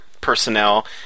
personnel